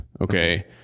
Okay